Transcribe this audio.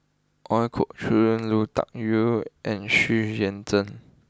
Ooi Kok Chuen Lui Tuck Yew and Xu Yuan Zhen